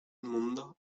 mundo